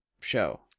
show